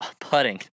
putting